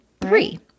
three